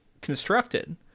constructed